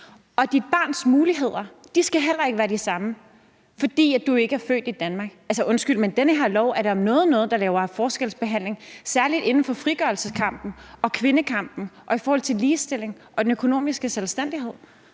og dit barns muligheder skal heller ikke være de samme, fordi du ikke er født i Danmark. Undskyld, men det her lovforslag er da om noget med til at lave forskelsbehandling, særlig inden for frigørelseskampen, kvindekampen og i forhold til ligestillingen og den økonomiske selvstændighed.